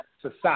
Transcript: society